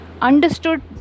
understood